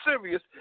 serious